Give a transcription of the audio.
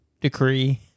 decree